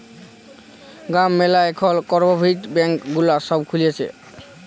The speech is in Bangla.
গ্রাম ম্যালা এখল কপরেটিভ ব্যাঙ্ক গুলা সব খুলছে